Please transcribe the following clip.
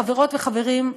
חברות וחברים,